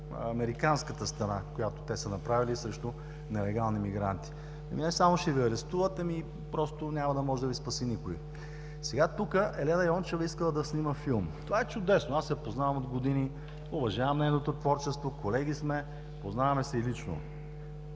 американската стена, която те са направили срещу нелегални мигранти. Не само ще Ви арестуват, ами просто няма да може да Ви спаси никой. Сега тук Елена Йончева искала да снима филм. Това е чудесно! Аз я познавам от години, уважавам нейното творчество, колеги сме, познаваме се и лично.